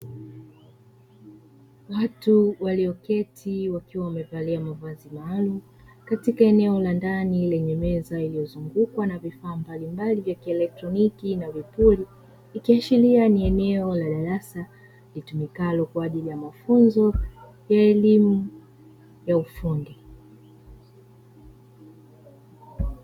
Watu walioketi wakiwa wamevalia mavazi maalum katika eneo la ndani lenye meza iliyozungukwa na vifaa mbalimbali vya kielektroniki na vipuri ikiashiria ni eneo la darasa litumikalo kwa ajili ya mafunzo ya elimu ya ufundi